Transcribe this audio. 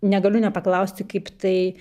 negaliu nepaklausti kaip tai